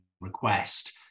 request